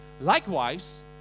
likewise